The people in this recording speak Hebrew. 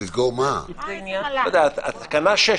תקנה 6,